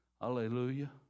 Hallelujah